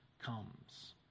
comes